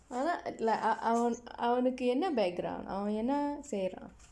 ஆனால்:aanaal like அவன் அவனுக்கு என்ன:avan avanukku enna background அவன் என்ன செய்றான்:avan enna seyraan